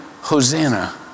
Hosanna